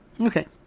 Okay